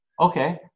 Okay